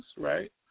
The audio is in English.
right